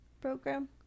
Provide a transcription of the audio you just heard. Program